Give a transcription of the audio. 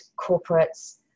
corporates